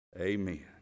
Amen